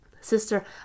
Sister